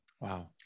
Wow